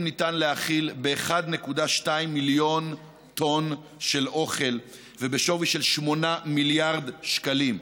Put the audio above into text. ניתן להאכיל ב-1.2 מיליון טון של אוכל בשווי של 8 מיליארד שקלים?